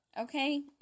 Okay